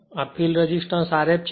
આ field resistance Rf છે